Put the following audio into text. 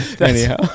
Anyhow